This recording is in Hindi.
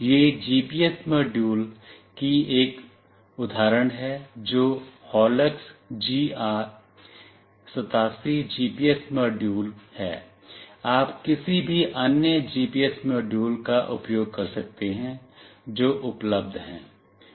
यह जीपीएस मॉड्यूल की एक उदाहरण है जो हॉलक्स जीआर 87 जीपीएस मॉड्यूल है आप किसी भी अन्य जीपीएस मॉड्यूल का उपयोग कर सकते हैं जो उपलब्ध है